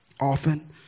often